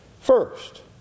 first